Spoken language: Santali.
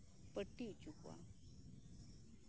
ᱯᱟᱹᱴᱤ ᱦᱚᱪᱚ ᱠᱚᱣᱟ